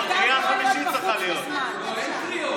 הכנסת לפיד להשלים את הדברים.